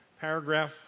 Paragraph